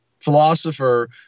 philosopher